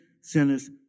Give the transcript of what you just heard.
sinners